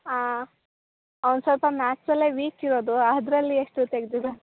ಆಂ ಅವ್ನು ಸ್ವಲ್ಪ ಮ್ಯಾತ್ಸಲ್ಲೇ ವೀಕ್ ಇರೋದು ಅದ್ರಲ್ಲಿ ಎಷ್ಟು ತೆಗ್ದಿದಾನೆ